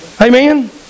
Amen